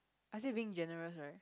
I said being generous right